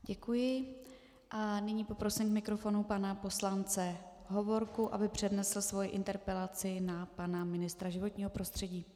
Děkuji a nyní poprosím k mikrofonu pana poslance Hovorku, aby přednesl svoji interpelaci na pana ministra životního prostředí.